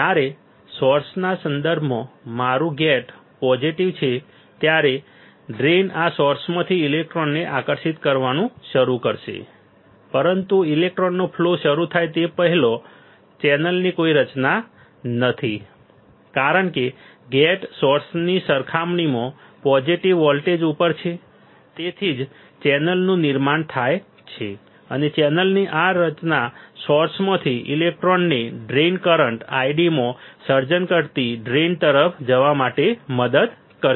જ્યારે સોર્સના સંદર્ભમાં મારું ગેટ પોઝીટીવ છે ત્યારે ડ્રેઇન આ સોર્સમાંથી ઇલેક્ટ્રોનને આકર્ષિત કરવાનું શરૂ કરશે પરંતુ ઇલેક્ટ્રોનનો ફ્લો શરૂ થાય તે પહેલાં ચેનલની કોઈ રચના નથી કારણ કે ગેટ સોર્સની સરખામણીમાં પોઝીટીવ વોલ્ટેજ ઉપર છે તેથી જ ચેનલનું નિર્માણ થાય છે અને ચેનલની આ રચના સોર્સમાંથી ઇલેક્ટ્રોનને ડ્રેઇન કરંટ ID માં સર્જન કરતી ડ્રેઇન તરફ જવા માટે મદદ કરશે